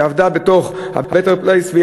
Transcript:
שעבדה ב"בטר פלייס",